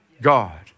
God